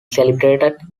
celebrated